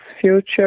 future